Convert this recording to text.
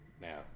Now